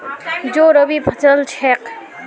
जौ रबी फसल छिके